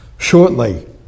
Shortly